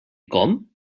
com